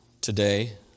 today